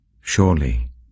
Surely